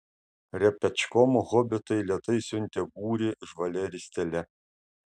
repečkom hobitai lėtai siuntė būrį žvalia ristele